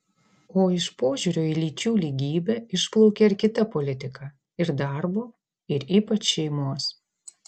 o iš požiūrio į lyčių lygybę išplaukia ir kita politika ir darbo ir ypač šeimos